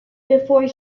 before